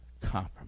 compromise